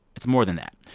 it's more than that.